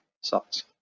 socks